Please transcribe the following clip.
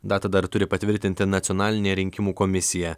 datą dar turi patvirtinti nacionalinė rinkimų komisija